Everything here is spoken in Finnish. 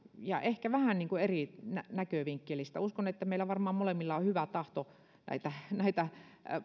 tämän ehkä vähän niin kuin eri näkövinkkelistä uskon että varmaan meillä molemmilla on hyvä tahto näitä näitä